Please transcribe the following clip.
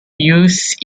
use